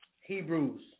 Hebrews